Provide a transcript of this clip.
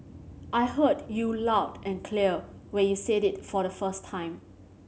I heard you loud and clear when you said it for the first time